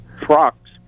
trucks